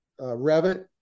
Revit